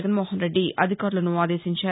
జగన్మోహన్రెడ్డి అధికారులను ఆదేశించారు